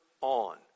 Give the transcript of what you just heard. on